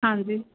ਹਾਂਜੀ